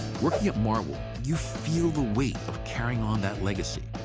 working at marvel, you feel the weight of carrying on that legacy.